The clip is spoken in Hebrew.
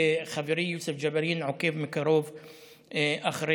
וחברי יוסף ג'בארין עוקב מקרוב אחרי